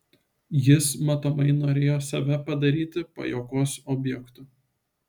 jis matomai norėjo save padaryti pajuokos objektu